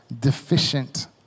deficient